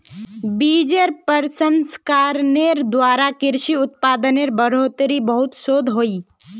बिजेर प्रसंस्करनेर द्वारा कृषि उत्पादेर बढ़ोतरीत बहुत शोध होइए